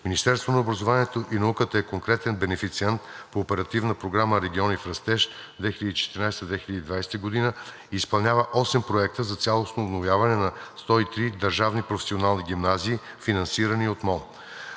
Министерството на образованието и науката е конкретен бенефициент по Оперативна програма „Региони в растеж 2014 – 2020 г.“ и изпълнява осем проекта за цялостно обновяване на 103 държавни, професионални гимназии, финансирани от МОН.